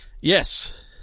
Yes